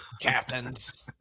captains